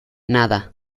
nada